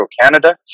Canada